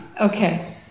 Okay